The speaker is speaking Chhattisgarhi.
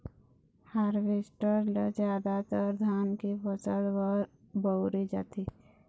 हारवेस्टर ल जादातर धान के फसल बर बउरे जाथे